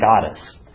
goddess